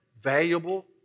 valuable